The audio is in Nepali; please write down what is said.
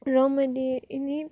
र मैले यिनी